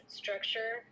structure